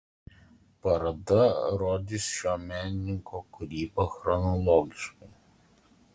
paroda rodys šio menininko kūrybą chronologiškai